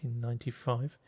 1995